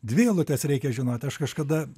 dvi eilutes reikia žinot aš kažkada